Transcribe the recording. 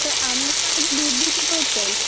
তো আপনি তো আগে দুধ বিক্রি করতেন